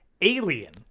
Alien